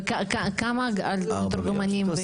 וכמה על מתורגמנים?